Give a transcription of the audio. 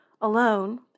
alone